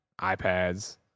iPads